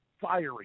firing